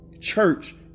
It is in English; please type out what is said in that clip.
church